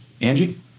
Angie